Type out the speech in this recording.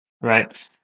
right